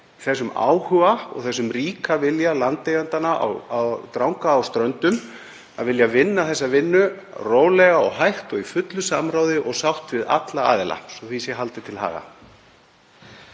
þessum áhuga og þessum ríka vilja landeigenda Dranga á Ströndum til að vinna þá vinnu í rólegheitum og í fullu samráði og sátt við alla aðila. Svo því sé haldið til haga.